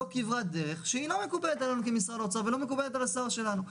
זו כברת דרך שהיא לא מקובלת עלינו כמשרד אוצר ולא מקובלת על השר שלנו.